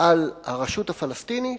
על הרשות הפלסטינית,